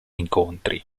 incontri